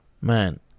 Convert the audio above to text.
man